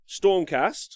Stormcast